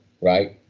right